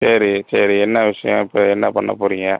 சரி சரி என்ன விஷயம் இப்போ என்ன பண்ணப் போகறீங்க